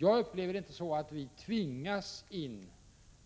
Jag upplever det inte så att vi tvingas in